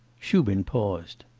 shubin paused.